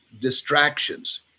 distractions